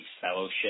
fellowship